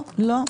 לא, לא.